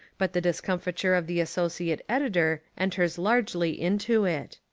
but the discomfiture of the associate editor enters largely into it.